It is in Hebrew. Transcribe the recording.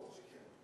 ברור שכן.